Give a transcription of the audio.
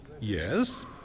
Yes